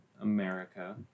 America